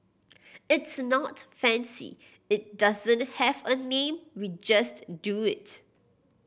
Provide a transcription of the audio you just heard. it's not fancy it doesn't have a name we just do it